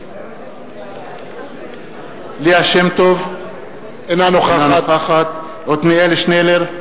ליה שמטוב, אינה נוכחת עתניאל שנלר,